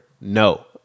No